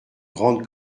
grande